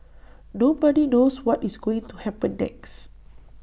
nobody knows what is going to happen next